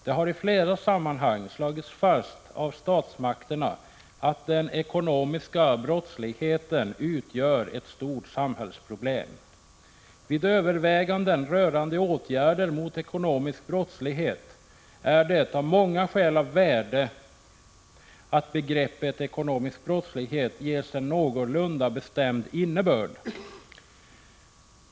Det har i flera sammanhang slagits fast av statsmakterna att den ekonomiska brottsligheten utgör ett stort samhällsproblem. Vid överväganden rörande åtgärder mot ekonomisk brottslighet är det av många skäl värdefullt att begreppet ekonomisk brottslighet ges en någorlunda bestämd innebörd.